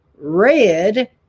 red